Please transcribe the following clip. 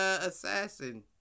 assassin